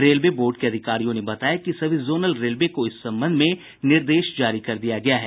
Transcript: railway board के अधिकारियों ने बताया कि सभी जोनल को इस संबंध में निर्देश जारी कर दिया गया है